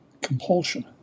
compulsion